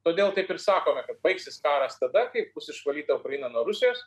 todėl taip ir sakome kad baigsis karas tada kai bus išvalyta ukraina nuo rusijos